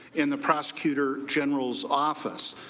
in the prosecutor general's office.